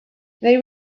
they